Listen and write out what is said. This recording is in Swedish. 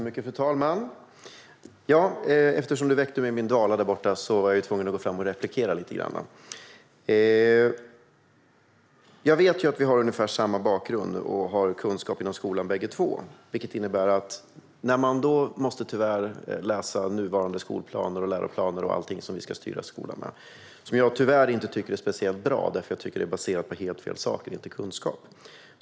Fru talman! Eftersom du väckte mig ur min dvala, Ulrika Carlsson, var jag tvungen att gå fram och replikera. Jag vet att vi har ungefär samma bakgrund och att vi båda har kunskap inom skolan. Jag tycker tyvärr inte att nuvarande skolplaner, läroplaner och allting som vi ska styra skolan med är speciellt bra. Jag tycker att de är baserade på helt fel saker - inte på kunskap.